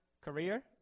career